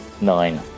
Nine